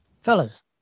Fellas